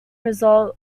result